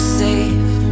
safe